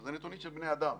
וזה נתונים של בני אדם.